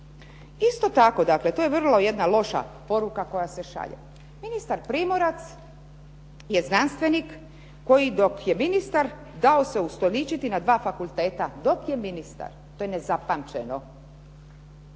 Isto tako dakle, to je jedna vrlo loša poruka koja se šalje. Ministar Primorac je znanstvenik koji dok je ministar dao se ustoličiti na dva fakulteta, dok je ministar. To je nezapamćeno.